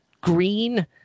green